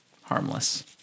harmless